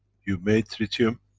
you made tritium,